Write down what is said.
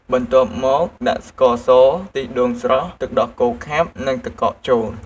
បន្ទាប់មកដាក់ស្ករស ខ្ទិះដូងស្រស់ ទឹកដោះគោខាប់ និងទឹកកកចូល។